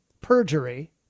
perjury